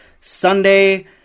Sunday